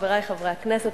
חברי חברי הכנסת,